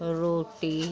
रोटी